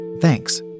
Thanks